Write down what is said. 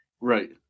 Right